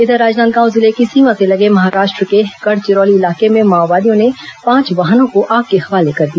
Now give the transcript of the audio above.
इधर राजनांदगांव जिले की सीमा से लगे महाराष्ट्र के गढ़चिरौली इलाके में माओवादियों ने पांच वाहनों को आग के हवाले कर दिया